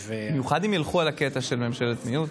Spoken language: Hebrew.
האמונים ואתם תגידו "מתחייב אני" או "מתחייבת אני".